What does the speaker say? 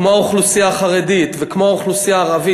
כמו האוכלוסייה החרדית וכמו האוכלוסייה הערבית,